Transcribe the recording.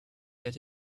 that